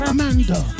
Amanda